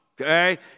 okay